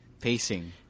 pacing